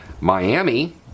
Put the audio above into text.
Miami